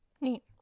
Neat